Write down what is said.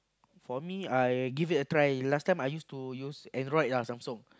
for me I give it a try last time I use to use Android ah Samsung